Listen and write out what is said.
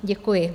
Děkuji.